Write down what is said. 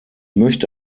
möchte